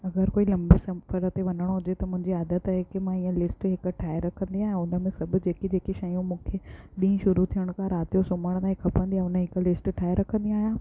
अगरि कोई लंबे सफ़र ते वञिणो हुजे त मुंहिंजी आदत आहे की मां लिस्ट हिकु ठाहे रखंदी आहियां उन में सभ जेकी जेकी शयूं मूंखे ॾींहुं शुरू थियण खां राति जो सुम्हण ताईं खपंदी आहे उन जी हिकु लिस्ट ठाहे रखंदी आहियां